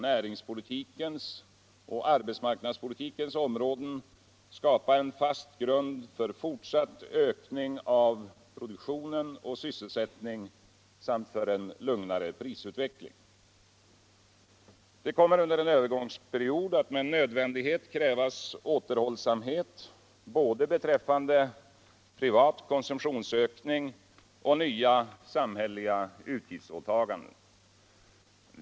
näringspolitikens och arbetsmarknadspolitikens områden skapa en fast grund för fortsatt ökning av produktionen och sysselsättningen samt för en lugnare prisutveckling. Det kommer under en övergångsperiod att med nödvändighet krävas återhållsamhet i fråga om både privat konsumtionsökning och nya samhilleliga utgifisåtaganden.